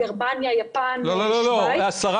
גרמניה, יפן ושווייץ.